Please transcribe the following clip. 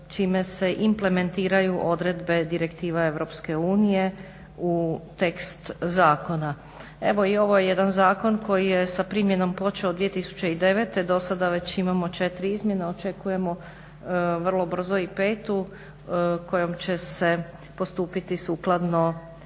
čime se implementiraju odredbe direktive EU u tekst zakona. Evo i ovo je jedan zakon koji je sa primjenom počeo 2009.do sada već imamo četiri izmjene, očekujemo vrlo brzo i petu kojom će se postupiti sukladno